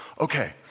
Okay